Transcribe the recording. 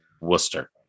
Worcester